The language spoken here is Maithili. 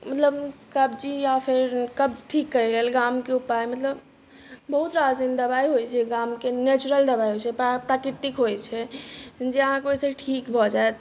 मतलब कब्जी या फेर कब्ज ठीक करैके लेल गामके उपाइ मतलब बहुत रास एहन दवाइ होइ छै गामके नेचुरल दवाइ होइ छै प्राकृतिक होइ छै जे अहाँके ओहिसँ ठीक भऽ जाएत